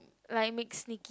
like makes it